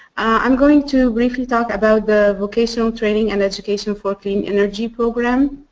i'm going to briefly talk about the vocational training and education for clean energy programs,